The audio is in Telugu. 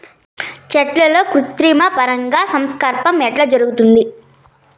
చెట్లల్లో కృత్రిమ పరాగ సంపర్కం ఎట్లా జరుగుతుంది?